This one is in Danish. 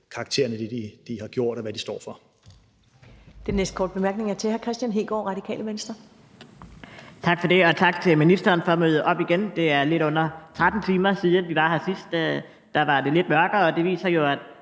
karakteren af det, de har gjort, og hvad de står for.